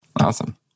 Awesome